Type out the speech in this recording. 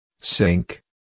Sink